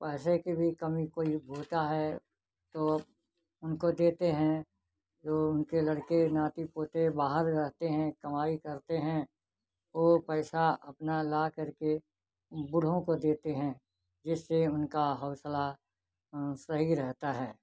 पैसे की भी कमी कोई होता है तो उनको देते हैं तो उनके लड़के नाती पोते बाहर रहते हैं कमाई करते हैं वह पैसा अपना लाकर के बूढ़ों को देते हैं जिससे उनका हौसला सही रहता है